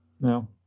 No